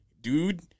dude